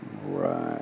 Right